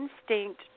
instinct